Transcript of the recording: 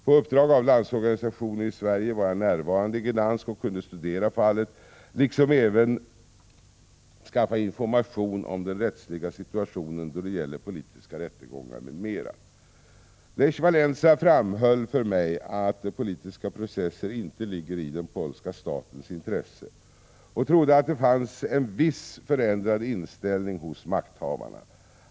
På uppdrag av Landsorganisationen i Sverige var jag närvarande i Gdansk och kunde studera fallet, liksom även skaffa information om den rättsliga situationen då det gäller politiska rättegångar m.m. Lech Walesa framhöll för mig att politiska processer inte ligger i den polska statens intresse, och han trodde att det fanns en viss förändrad inställning hos makthavarna.